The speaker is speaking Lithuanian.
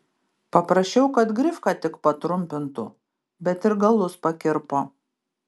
paprašiau kad grifką tik patrumpintų bet ir galus pakirpo